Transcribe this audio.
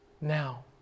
now